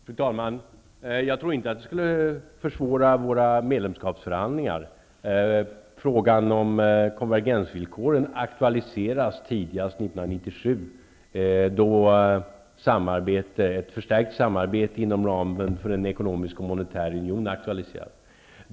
Fru talman! Jag tror inte det skulle försvåra våra medlemskapsförhandlingar. Frågan om konvergensvillkoren aktualiseras tidigast 1997, då ett förstärkt samarbete inom ramen för en ekonomisk och monetär union aktualiseras.